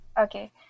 okay